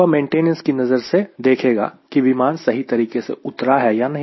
वह मेंटेनेंस की नजर से देखेगा की विमान सही तरीके से उतरा या नहीं